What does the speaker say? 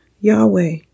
Yahweh